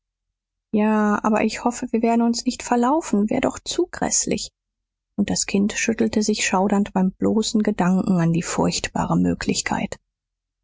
ja aber ich hoff wir werden uns nicht verlaufen s wär doch zu gräßlich und das kind schüttelte sich schaudernd beim bloßen gedanken an die furchtbare möglichkeit